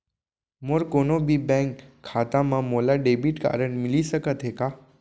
मोर कोनो भी बैंक खाता मा मोला डेबिट कारड मिलिस सकत हे का?